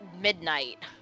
midnight